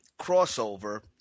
crossover